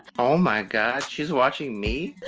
oh my god, she's watching me?